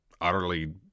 utterly